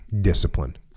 discipline